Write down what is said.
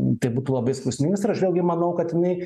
tai būtų labai skausmingas ir aš vėlgi manau kad jinai